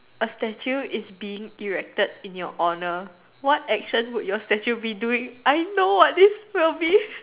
a statue is being erected in your honour what action would your statue be doing I know what this will be